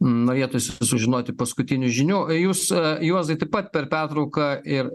norėtųsi sužinoti paskutinių žinių jūs juozai taip pat per pertrauką ir